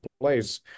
place